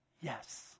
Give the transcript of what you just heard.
yes